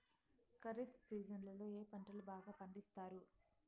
ఖరీఫ్ సీజన్లలో ఏ పంటలు బాగా పండిస్తారు